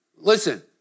Listen